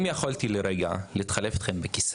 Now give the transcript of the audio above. אם יכולתי לרגע שתתחלפו איתי במקומי,